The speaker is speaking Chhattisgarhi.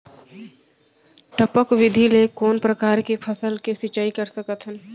टपक विधि ले कोन परकार के फसल के सिंचाई कर सकत हन?